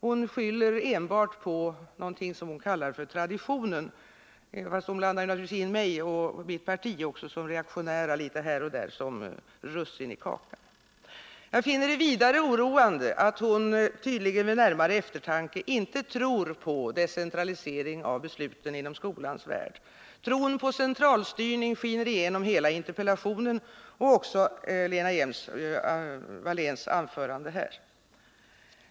Hon skyller enbart på någonting som hon kallar ”traditionen”, även om hon naturligtvis litet här och där, som russin i kakan, blandar in påståenden om mig och mitt parti som reaktionära. Jag finner det också oroande att hon vid närmare eftertanke tydligen inte tror på decentralisering av besluten inom skolans värld. Tron på centralstyrning skiner igenom hela Lena Hjelm-Walléns interpellation och hennes anförande nyss.